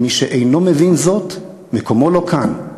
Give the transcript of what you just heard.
ומי שאינו מבין זאת, מקומו לא כאן.